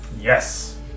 Yes